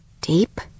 Deep